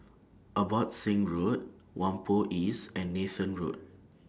Abbotsingh Road Whampoa East and Nathan Road